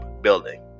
building